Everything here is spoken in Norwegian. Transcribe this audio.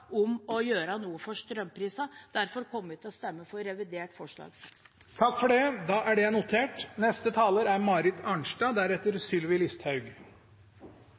om å gjøre noe når det gjelder strømprisene. Derfor kommer vi til å stemme for revidert forslag nr. 6. Det har vært en interessant debatt, og denne typen debatter er